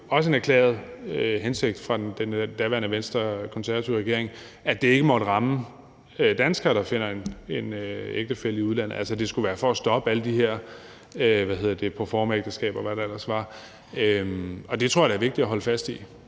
også en erklæret hensigt fra den daværende regering med Venstre og Konservative, at det ikke måtte ramme danskere, der finder en ægtefælle i udlandet. Altså, det skulle være for at stoppe alle de her proformaægteskaber, og hvad der ellers var. Og det tror jeg da er vigtigt at holde fast i.